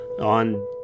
On